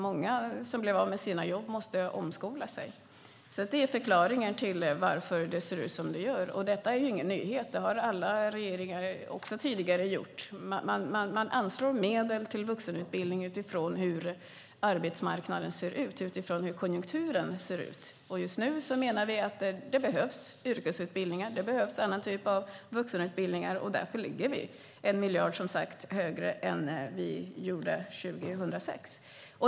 Många som blev av med jobbet måste omskola sig. Det är förklaringen till att det ser ut som det gör. Detta är ingen nyhet. Alla regeringar, också tidigare regeringar, har gjort på samma sätt. Medel anslås till vuxenutbildning utifrån hur arbetsmarknaden och konjunkturen ser ut. Just nu menar vi att det behövs yrkesutbildningar. Det behövs en annan typ av vuxenutbildningar. Därför ligger vi nu, som sagt, 1 miljard högre än år 2006.